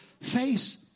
face